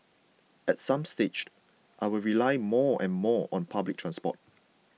at some stage I will rely more and more on public transport